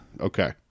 okay